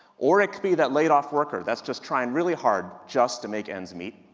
or it could be that laid off worker that's just trying really hard just to make ends meet.